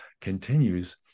continues